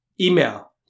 Email